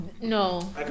no